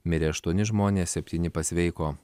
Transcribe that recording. mirė aštuoni žmonės septyni pasveiko